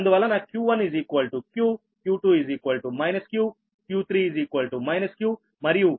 అందువలన q1q q2 q q3 q మరియు q4 q